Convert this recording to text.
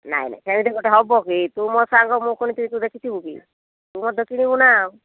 ନାଇଁ ନାଇଁ ସେମିତି ଗୋଟେ ହବ କି ତୁ ମୋ ସାଙ୍ଗ ମୁଁ କିଣୁଥିବି ତୁ ଦେଖୁଥିବୁ କି ତୁ ଗୋଟେ କିଣିବୁ ନା